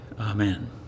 amen